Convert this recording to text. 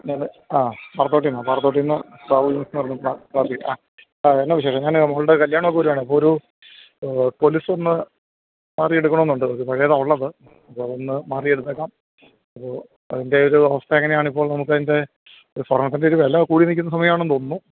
ഞാന് ആ പാറത്തോട്ടില്നിന്നാണ് പാറത്തോട്ടില്നിന്ന് ആ എന്നാ വിശേഷം ഞാന് മകളുടെ കല്യാണമൊക്കെ വരുവാണേ അപ്പോള് ഒരു കൊലുസൊന്നു മാറി എടുക്കണമെന്നുണ്ട് പഴയതാണ് ള്ളത് അപ്പോള് അതൊന്നു മാറി എടുത്തേക്കാം അപ്പോള് അതിൻ്റെ ഒരു അവസ്ഥ എങ്ങനെയാണിപ്പോൾ നമുക്കതിൻ്റെ സ്വർണ്ണത്തിൻ്റെ ഒരു വില കൂടിനില്ക്കുന്ന സമയമാണെന്നു തോന്നുന്നു